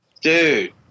Dude